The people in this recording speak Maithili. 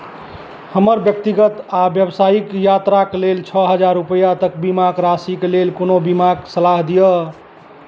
हमर व्यक्तिगत आओर बेवसाइक यात्राके लेल छओ हजार रुपैआ तक बीमाक राशिक लेल कोनो बीमाके सलाह दिअऽ